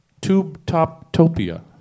Tube-top-topia